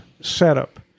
setup